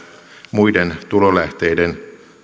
muiden tulolähteiden